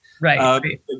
Right